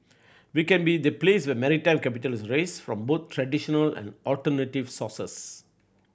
we can be the place where maritime capital is raised from both traditional and alternative sources